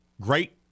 great